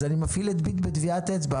אז אני מפעיל את "ביט" בטביעת אצבע.